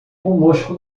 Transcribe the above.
conosco